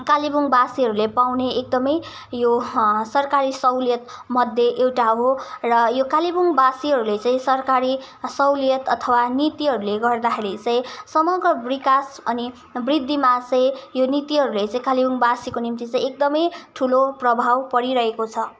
कालेबुङवासीहरूले पाउने एकदमै यो सरकारी सहुलियत मध्ये एउटा हो र यो कालेबुङवासीहरूले चाहिँ सरकारी सहुलियत अथवा नीतिहरूले गर्दाखेरि चाहिँ समग्र विकास अनि वृद्धिमा चाहिँ यो नीतिहरूले चाहिँ कालेबुङवासीको निम्ति चाहिँ एकदमै ठुलो प्रभाव परिरहेको छ